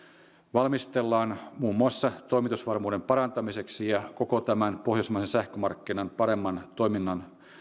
valmistellaan muun muassa toimitusvarmuuden parantamiseksi ja koko tämän pohjoismaisen sähkömarkkinan paremman toiminnan